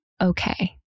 okay